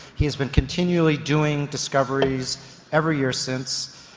he has been continually doing discoveries every year since.